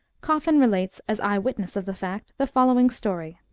coffin relates, as eye-witness of the fact, the following story